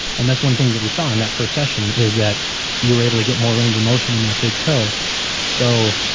and that's one of the things that we saw in that first session is that you were able to get more range of motion in that big toe so,